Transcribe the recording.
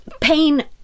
pain